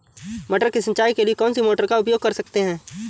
मटर की सिंचाई के लिए कौन सी मोटर का उपयोग कर सकते हैं?